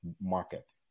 market